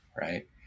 right